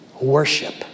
worship